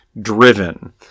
driven